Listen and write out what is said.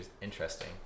interesting